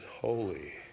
holy